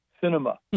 cinema